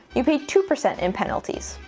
you pay two percent in penalties.